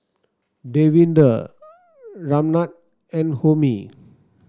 Davinder Ramnath and Homi